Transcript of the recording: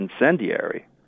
incendiary